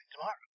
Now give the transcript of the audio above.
tomorrow